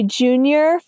junior